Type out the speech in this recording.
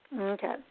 Okay